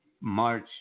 March